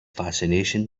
fascination